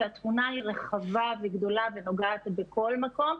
והתמונה היא רחבה וגדולה ונוגעת בכל מקום.